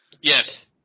Yes